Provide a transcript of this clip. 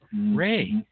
Ray